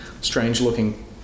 strange-looking